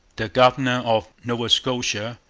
the governor of nova scotia,